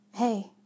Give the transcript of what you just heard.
Hey